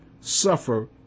suffer